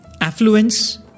affluence